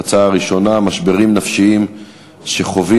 ההצעה הראשונה: המשברים הנפשיים שחווים